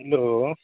hello